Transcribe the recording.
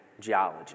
geology